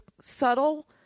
subtle